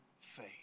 faith